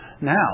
Now